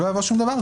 לא יבוא שום דבר.